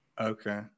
Okay